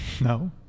No